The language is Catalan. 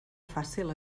fàcil